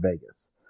Vegas